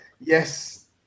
yes